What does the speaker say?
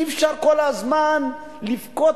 אי-אפשר כל הזמן לבכות